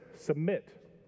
submit